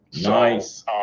Nice